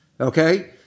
Okay